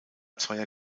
zweier